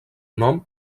nom